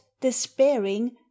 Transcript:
despairing